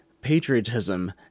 patriotism